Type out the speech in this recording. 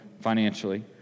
financially